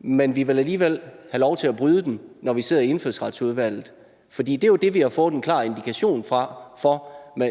men at vi alligevel vil have lov til at bryde dem, når vi sidder i Indfødsretsudvalget. For det er jo det, vi har fået en klar indikation for